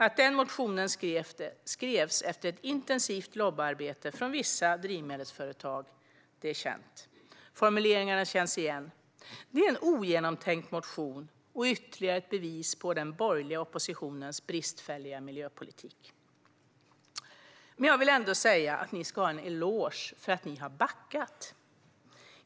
Att den motionen skrevs efter ett intensivt lobbyarbete från vissa drivmedelsföretag är känt. Formuleringarna känns igen. Det är en ogenomtänkt motion och ytterligare ett bevis på den borgerliga oppositionens bristfälliga miljöpolitik. Men jag vill ändå säga att ni ska ha en eloge för att ni har backat.